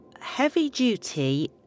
heavy-duty